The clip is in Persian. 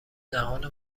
جهان